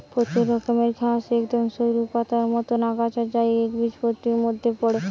প্রচুর রকমের ঘাস একদম সরু পাতার মতন আগাছা যা একবীজপত্রীর মধ্যে পড়ে